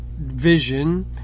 vision